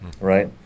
Right